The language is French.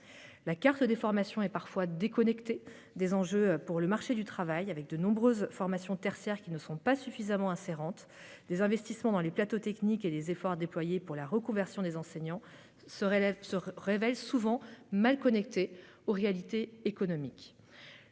la carte des formations est parfois déconnectée des enjeux du marché du travail : de nombreuses formations tertiaires ne sont pas suffisamment « insérantes »; les investissements dans les plateaux techniques et les efforts déployés pour la reconversion des enseignants se révèlent souvent mal connectés aux réalités économiques.